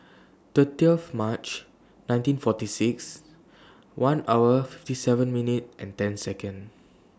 thirtieth March nineteen forty six one hour fifty seven minute and ten Second